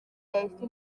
yahise